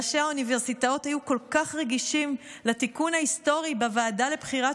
ראשי האוניברסיטאות היו כל כך רגישים לתיקון ההיסטורי בוועדה לבחירת